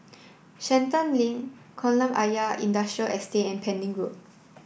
Shenton Lane Kolam Ayer Industrial Estate and Pending Road